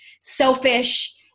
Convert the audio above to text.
selfish